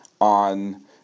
on